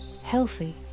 healthy